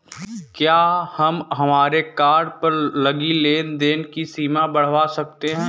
क्या हम हमारे कार्ड पर लगी लेन देन की सीमा बढ़ावा सकते हैं?